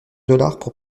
pour